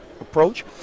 approach